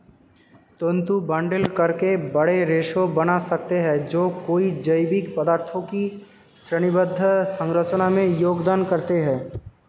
तंतु बंडल करके बड़े रेशे बना सकते हैं जो कई जैविक पदार्थों की श्रेणीबद्ध संरचना में योगदान करते हैं